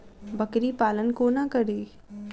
बकरी पालन कोना करि?